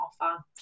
offer